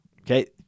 Okay